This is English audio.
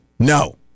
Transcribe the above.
No